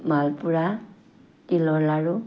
মালপোৱা তিলৰ লাড়ু